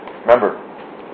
Remember